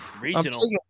Regional